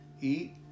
eat